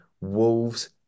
Wolves